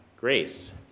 Grace